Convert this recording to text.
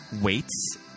weights